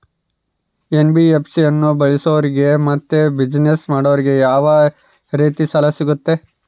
NBFC ಅನ್ನು ಬಳಸೋರಿಗೆ ಮತ್ತೆ ಬಿಸಿನೆಸ್ ಮಾಡೋರಿಗೆ ಯಾವ ರೇತಿ ಸಾಲ ಸಿಗುತ್ತೆ?